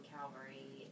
Calvary